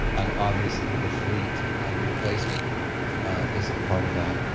and obviously the fleet replacement is a part of that.